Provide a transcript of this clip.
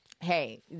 Hey